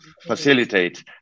facilitate